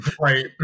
Right